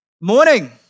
Morning